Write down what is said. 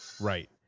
Right